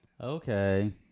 Okay